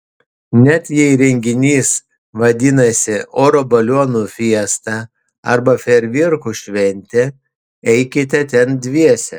net jei renginys vadinasi oro balionų fiesta ar fejerverkų šventė eikite ten dviese